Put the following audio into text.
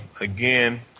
again